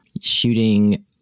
shooting